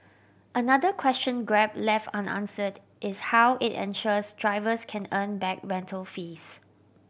another question Grab left unanswered is how it ensures drivers can earn back rental fees